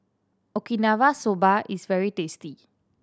Okinawa Soba is very tasty